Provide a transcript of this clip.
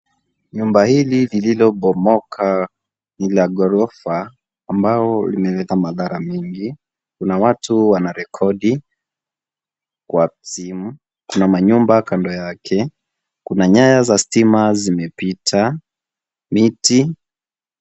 Nyumba hili lililopomoka ni la ghorofa ambao imeleta madhara mingi. Kuna watu wanarekodi Kwa simu, kuna manyumba Kando yake, kuna nyaya za stima zimepita miti.